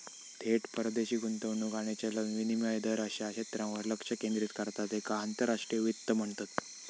थेट परदेशी गुंतवणूक आणि चलन विनिमय दर अश्या क्षेत्रांवर लक्ष केंद्रित करता त्येका आंतरराष्ट्रीय वित्त म्हणतत